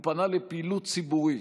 הוא פנה לפעילות ציבורית,